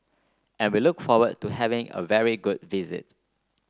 and we look forward to having a very good visit